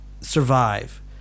survive